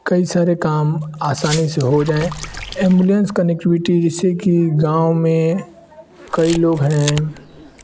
कई सारे काम आसानी से हो जाएँ ऐम्बुलैंस कनिक्टीविटी जैसे की गाँव में कई लोग हैं